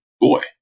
boy